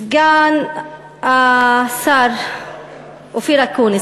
סגן השר אופיר אקוניס,